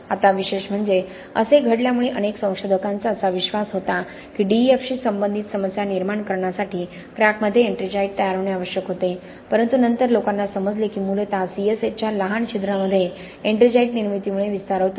आता विशेष म्हणजे असे घडल्यामुळे अनेक संशोधकांचा असा विश्वास होता की DEF शी संबंधित समस्या निर्माण करण्यासाठी क्रॅकमध्ये एट्रिंगाइट तयार होणे आवश्यक होते परंतु नंतर लोकांना समजले की मूलत सी एस एचच्या लहान छिद्रांमध्ये एट्रिंगाइट निर्मितीमुळे विस्तार होतो